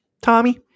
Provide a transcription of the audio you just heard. Tommy